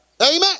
Amen